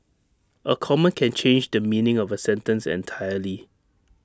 A comma can change the meaning of A sentence entirely